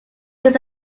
his